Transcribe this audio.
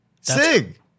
Sig